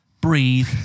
breathe